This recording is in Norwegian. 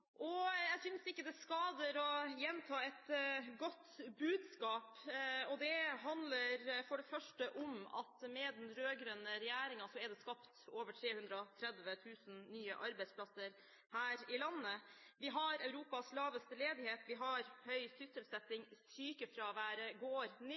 rettferdighet. Jeg synes ikke det skader å gjenta et godt budskap, og det handler for det første om at med den rød-grønne regjeringen er det skapt over 330 000 nye arbeidsplasser her i landet. Vi har Europas laveste ledighet, vi har høy